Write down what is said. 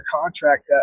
contract